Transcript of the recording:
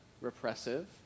repressive